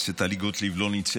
אני פשוט רשמתי את עצמי לדבר,